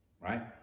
right